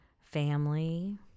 family